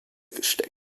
gesteckt